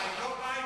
היא לא באה עם